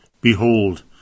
Behold